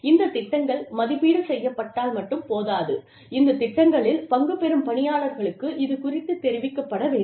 இந்த திட்டங்கள் மதிப்பீடு செய்யப்பட்டால் மட்டும் போதாது இந்த திட்டங்களில் பங்கு பெறும் பணியாளர்களுக்கு இது குறித்து தெரிவிக்கப்பட வேண்டும்